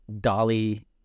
Dolly